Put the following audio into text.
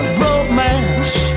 romance